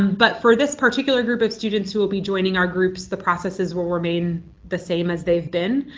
but for this particular group of students who will be joining our groups, the processes will remain the same as they've been.